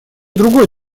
другой